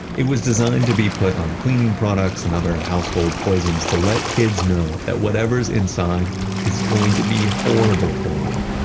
it was designed to be put on cleaning products and other household poisons to let kids know that whatever is inside is going to be horrible for you.